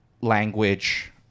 language